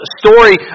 story